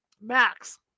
Max